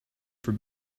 for